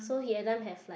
so he every time have like